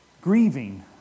grieving